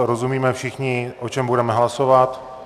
Rozumíme všichni, o čem budeme hlasovat.